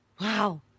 wow